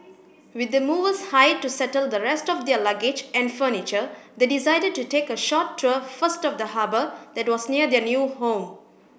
with the movers hired to settle the rest of their luggage and furniture they decided to take a short tour first of the harbour that was near their new home